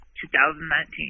2019